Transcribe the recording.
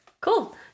Cool